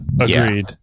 agreed